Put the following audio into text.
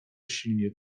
silnie